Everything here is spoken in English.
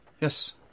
Yes